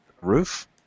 roof